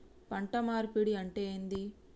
పంట మార్పిడి అంటే ఏంది?